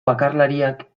bakarlariak